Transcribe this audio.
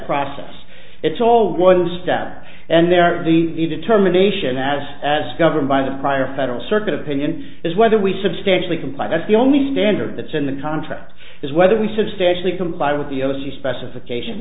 process it's old oil step and there are the determination as as governed by the prior federal circuit opinion is whether we substantially comply that's the only standard that's in the contract is whether we substantially comply with the o c specifications